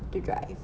to drive